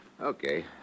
Okay